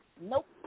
nope